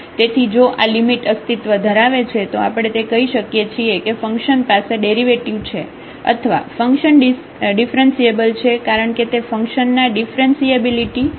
તેથી જો જો આ લિમિટ અસ્તિત્વ ધરાવે છે તો આપણે તે કહી શકીએ છીએ કે ફંક્શન પાસે ડેરિવેટિવ છે અથવા ફંક્શન ડિફરન્સીએબલ છે કારણ કે તે ફંક્શન ના ડીફરન્સીએબિલિટી બરાબર છે